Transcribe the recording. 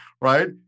Right